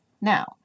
Now